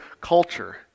culture